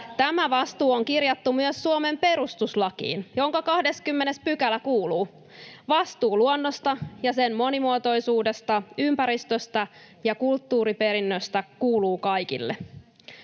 Tämä vastuu on kirjattu myös Suomen perustuslakiin, jonka 20 § kuuluu: ”Vastuu luonnosta ja sen monimuotoisuudesta, ympäristöstä ja kulttuuriperinnöstä kuuluu kaikille.”